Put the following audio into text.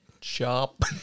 sharp